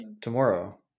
tomorrow